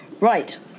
right